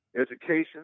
education